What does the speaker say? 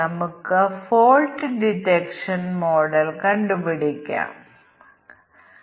നമുക്ക് cause effect graph ലഭിച്ചുകഴിഞ്ഞാൽ അത് അടിസ്ഥാനപരമായി തീരുമാന പട്ടിക അടിസ്ഥാനമാക്കിയുള്ള പരിശോധനയാണ്